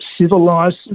civilized